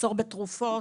מחסור בתרופות,